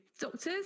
doctors